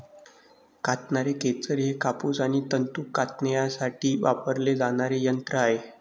कातणारे खेचर हे कापूस आणि तंतू कातण्यासाठी वापरले जाणारे यंत्र आहे